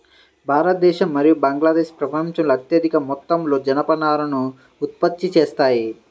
భారతదేశం మరియు బంగ్లాదేశ్ ప్రపంచంలో అత్యధిక మొత్తంలో జనపనారను ఉత్పత్తి చేస్తాయి